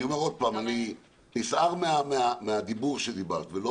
אני אומר עוד פעם, אני נסער מהדיבור שדיברת ולא